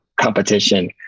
competition